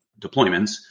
deployments